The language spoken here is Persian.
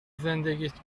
زندگیت